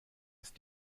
ist